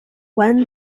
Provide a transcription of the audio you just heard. when